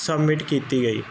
submit ਕੀਤੀ ਗਈ